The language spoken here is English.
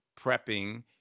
prepping